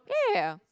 yeah yeah yeah